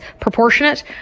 proportionate